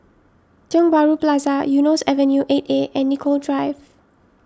Tiong Bahru Plaza Eunos Avenue eight A and Nicoll Drive